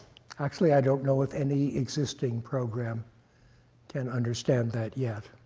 actually, i don't know if any existing program can understand that yet.